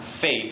faith